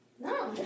No